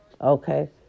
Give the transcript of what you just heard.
Okay